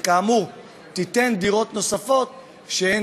וכאמור תיתן דירות נוספות שהן